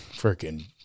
freaking